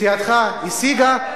שסיעתך השיגה,